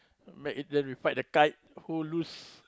make it then we fight the kite who lose